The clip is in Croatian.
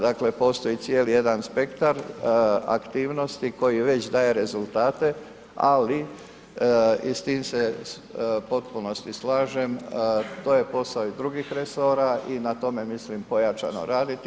Dakle, postoji cijeli jedan spektar aktivnosti koji već daje rezultate ali i s tim se u potpunosti slažem to je posao i drugih resora i na tome mislim pojačano raditi.